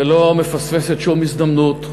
ולא מפספסת שום הזדמנות,